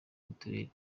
mituweri